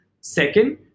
Second